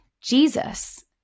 Jesus